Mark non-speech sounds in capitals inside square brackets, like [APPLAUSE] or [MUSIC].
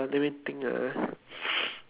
let me think ah [NOISE]